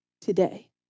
today